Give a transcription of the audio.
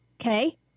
okay